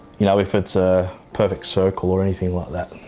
you know if it's ah perfect circle or anything like that.